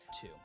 two